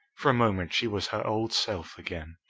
for a moment she was her old self again.